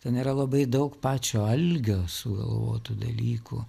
ten yra labai daug pačio algio sugalvotų dalykų